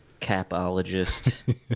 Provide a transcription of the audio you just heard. capologist